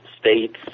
states